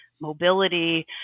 mobility